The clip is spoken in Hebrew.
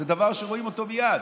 זה דבר שרואים אותו מייד.